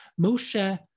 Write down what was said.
Moshe